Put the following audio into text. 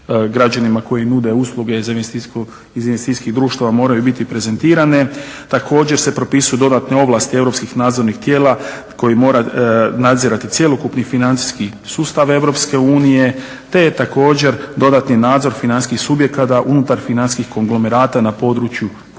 građanima koji nude usluge iz investicijskih društava moraju biti prezentirane. Također se propisuju dodatne ovlasti europskih nadzornih tijela koji mora nadzirati cjelokupni financijski sustav Europske unije, te također dodatni nadzor financijskih subjekata unutar financijskih konglomerata na području Europske